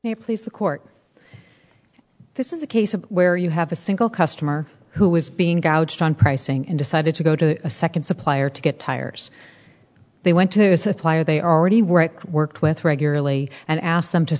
please the court this is a case of where you have a single customer who was being gouged on pricing and decided to go to a second supplier to get tires they went to a supplier they already were worked with regularly and asked them to